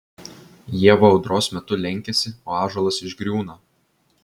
ieva audros metu lenkiasi o ąžuolas išgriūna